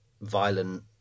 violent